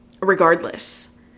regardless